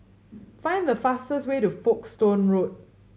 find the fastest way to Folkestone Road